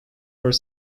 were